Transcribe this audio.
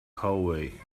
hallway